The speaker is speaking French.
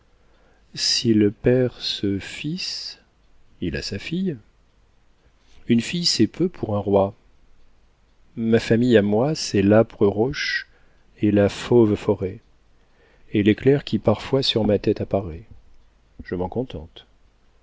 s'il perd ce fils il a sa fille une fille c'est peu pour un roi ma famille a moi c'est l'âpre roche et la fauve forêt et l'éclair qui parfois sur ma tête apparaît je m'en contente